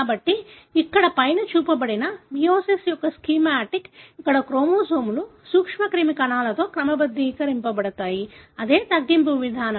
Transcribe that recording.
కాబట్టి ఇక్కడ పైన చూపబడినది మియోసిస్ యొక్క స్కీమాటిక్ ఇక్కడ క్రోమోజోమ్లు సూక్ష్మక్రిమి కణాలలో క్రమబద్ధీకరించబడతాయి అదే తగ్గింపు విభాగం